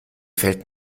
fällt